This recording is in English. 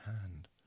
hand